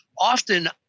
often